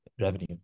revenue